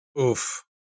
oof